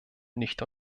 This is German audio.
nicht